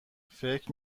فکر